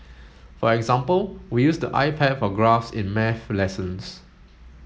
for example we use the iPad for graphs in maths lessons